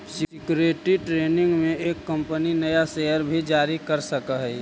security training में एक company नया शेयर भी जारी कर सकऽ हई